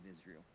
Israel